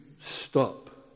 stop